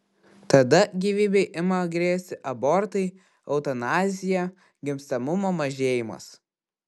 tada gyvybei ima grėsti abortai eutanazija gimstamumo mažėjimas